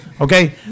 okay